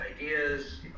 ideas